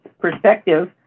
perspective